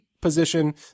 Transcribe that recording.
position